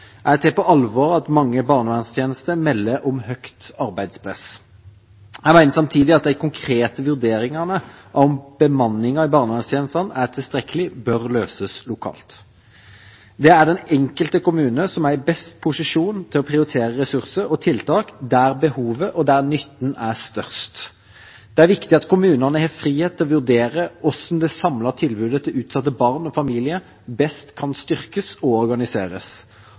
Jeg tar på alvor at mange barnevernstjenester melder om høyt arbeidspress. Jeg mener samtidig at de konkrete vurderingene om hvorvidt bemanningen i barnevernstjenestene er tilstrekkelig, bør løses lokalt. Det er den enkelte kommune som er i best posisjon til å prioritere ressurser og tiltak der behovet og nytten er størst. Det er viktig at kommunene har frihet til å vurdere hvordan det samlede tilbudet til utsatte barn og familier best kan styrkes og organiseres,